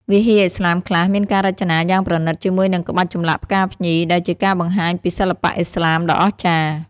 វិហារឥស្លាមខ្លះមានការរចនាយ៉ាងប្រណីតជាមួយនឹងក្បាច់ចម្លាក់ផ្កាភ្ញី ដែលជាការបង្ហាញពីសិល្បៈឥស្លាមដ៏អស្ចារ្យ។